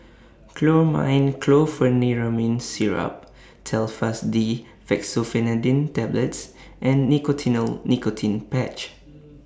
Chlormine Chlorpheniramine Syrup Telfast D Fexofenadine Tablets and Nicotinell Nicotine Patch